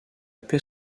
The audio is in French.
paix